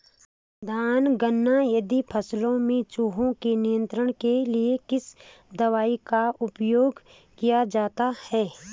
धान गन्ना आदि फसलों में चूहों के नियंत्रण के लिए किस दवाई का उपयोग किया जाता है?